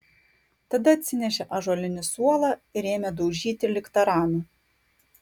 tada atsinešė ąžuolinį suolą ir ėmė daužyti lyg taranu